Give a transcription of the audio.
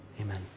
Amen